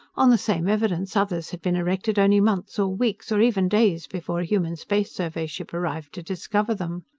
on the same evidence, others had been erected only months or weeks or even days before a human space survey ship arrived to discover them.